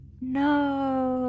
No